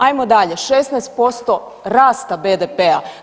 Ajmo dalje, 16% rasta BDP-a.